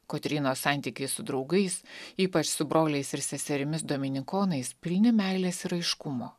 kotrynos santykiai su draugais ypač su broliais ir seserimis dominikonais pilni meilės ir aiškumo